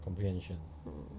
mm